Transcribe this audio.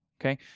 Okay